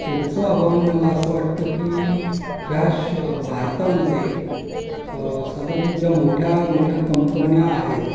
पुढचं आवाहन मला असं वाटतं की या श भारतामध्ये साधारण ज्या मोठ्या मोठ्या कंपन्या आहेत